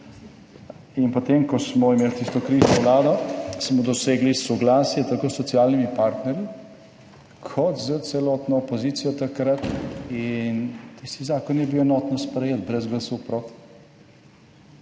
In potem, ko smo imeli tisto krizno vlado smo dosegli soglasje tako s socialnimi partnerji kot s celotno opozicijo takrat. In tisti zakon je bil enotno sprejet, brez glasu proti.